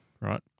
right